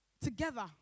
together